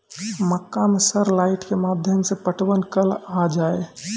मक्का मैं सर लाइट के माध्यम से पटवन कल आ जाए?